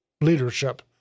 leadership